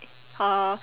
uh